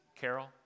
Carol